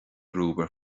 romhaibh